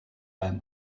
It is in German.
beim